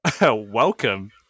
welcome